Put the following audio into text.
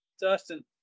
Dustin